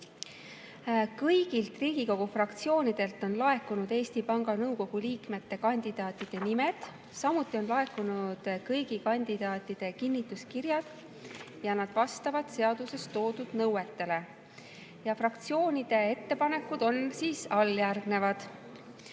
Kõigilt Riigikogu fraktsioonidelt on laekunud Eesti Panga Nõukogu liikmete kandidaatide nimed, samuti on laekunud kõigi kandidaatide kinnituskirjad. Nad vastavad seaduses toodud nõuetele. Fraktsioonide ettepanekud on järgmised: